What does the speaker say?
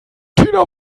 tina